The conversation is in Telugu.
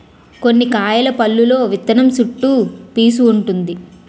కొన్ని కాయల పల్లులో విత్తనం చుట్టూ పీసూ వుంటుంది